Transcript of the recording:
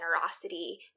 generosity